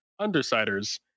undersiders